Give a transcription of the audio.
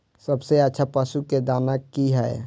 सबसे अच्छा पशु के दाना की हय?